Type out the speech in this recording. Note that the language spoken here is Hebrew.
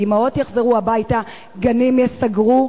האמהות יחזרו הביתה, גנים ייסגרו,